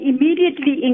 immediately